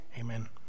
Amen